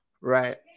Right